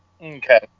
Okay